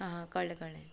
हा हा कळ्ळें कळ्ळें